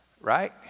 right